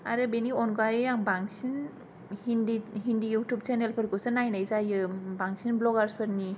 आरो बेनि अनगायै आं बांसिन हिन्दि इउथुब चेनेलफोरखौसो नायनाय जायो बांसिन ब्लगार्स फोरनि